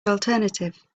alternative